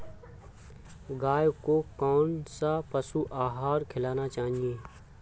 गाय को कौन सा पशु आहार खिलाना चाहिए?